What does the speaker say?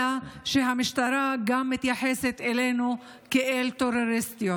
אלא כי המשטרה גם מתייחסת אלינו כאל טרוריסטיות.